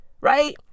right